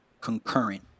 concurrent